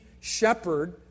shepherd